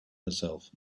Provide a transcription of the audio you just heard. herself